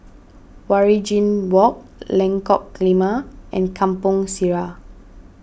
Waringin Walk Lengkok Lima and Kampong Sireh